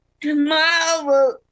tomorrow